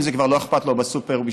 כבר לא אכפת לו בסופר.